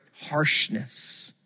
harshness